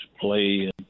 play